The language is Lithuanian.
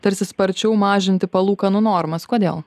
tarsi sparčiau mažinti palūkanų normas kodėl